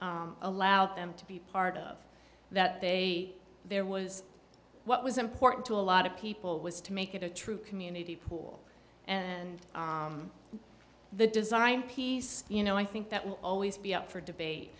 allowed them to be part of that they there was what was important to a lot of people was to make it a true community pool and the design piece you know i think that will always be up for debate